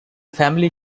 family